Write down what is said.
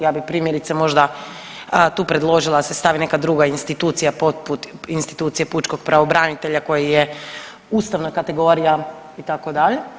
Ja bih primjerice možda tu predložila da se stavi neka druga institucija poput institucije pučkog pravobranitelja koji je ustavna kategorija itd.